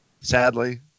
Sadly